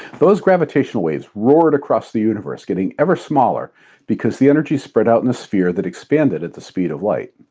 those gravitational waves roared across the universe, getting ever smaller because the energy spread out in a sphere that expanded at the speed of light.